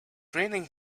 raining